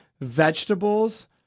vegetables